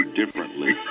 differently